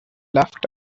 left